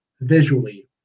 visually